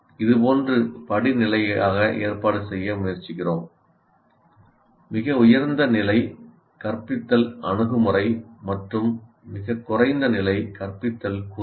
இதுபோன்று படிநிலையாக ஏற்பாடு செய்ய முயற்சிக்கிறோம் மிக உயர்ந்த நிலை கற்பித்தல் அணுகுமுறை மற்றும் மிகக் குறைந்த நிலை கற்பித்தல் கூறுகள்